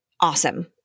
awesome